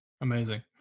Amazing